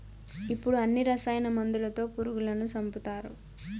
ఇప్పుడు అన్ని రసాయన మందులతో పురుగులను సంపుతారు